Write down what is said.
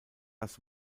das